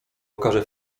okaże